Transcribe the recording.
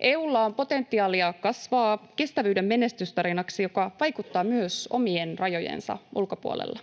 EU:lla on potentiaalia kasvaa kestävyyden menestystarinaksi, joka vaikuttaa myös omien rajojensa ulkopuolella.